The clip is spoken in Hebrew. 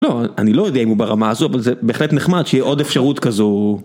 לא, אני לא יודע אם הוא ברמה הזו, אבל זה בהחלט נחמד שיהיה עוד אפשרות כזו...